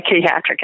psychiatric